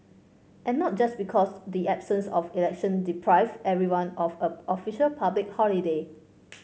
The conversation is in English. and not just because the absence of election deprived everyone of a official public holiday